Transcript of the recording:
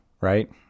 right